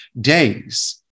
days